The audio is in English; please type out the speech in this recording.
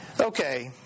okay